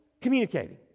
communicating